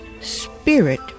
Spirit